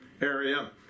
area